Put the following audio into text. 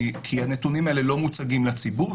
כי הנתונים האלה לא מוצגים לציבור,